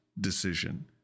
decision